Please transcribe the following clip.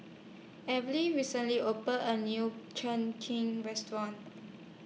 recently opened A New Cheng King Restaurant